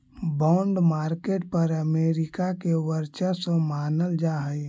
bond market पर America के वर्चस्व मानल जा हइ